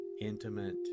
intimate